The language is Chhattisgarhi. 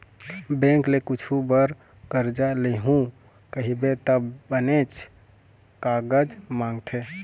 बेंक ले कुछु बर करजा लेहूँ कहिबे त बनेच कागज मांगथे